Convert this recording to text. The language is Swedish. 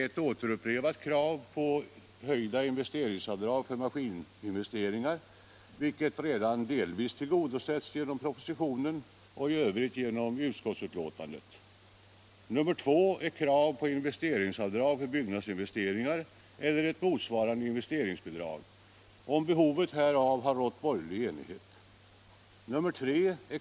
Ett återupprepat krav på höjda investeringsavdrag för maskininvesteringar, vilket redan delvis tillgodosetts genom propositionen och i övrigt genom utskottsbetänkandet. 2. Krav på investeringsavdrag för byggnadsinvesteringar eller ett motsvarande investeringsbidrag. Om behovet härav har rått borgerlig enighet. 3.